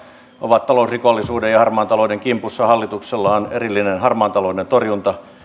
ovat talousrikollisuuden ja harmaan talouden kimpussa hallituksella on erillinen harmaan talouden